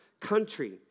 country